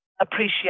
appreciate